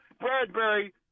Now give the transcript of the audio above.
Bradbury